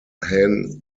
hen